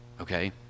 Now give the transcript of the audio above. okay